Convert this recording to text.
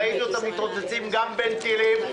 ראיתי אותם מתרוצצים גם בין טילים,